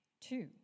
Two